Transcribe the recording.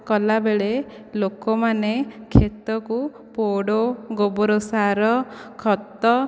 କଲାବେଳେ ଲୋକମାନେ ଖେତକୁ ପୋଡ଼ ଗୋବର ସାର ଖତ